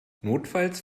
notfalls